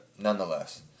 nonetheless